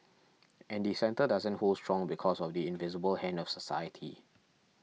and the centre doesn't hold strong because of the invisible hand of society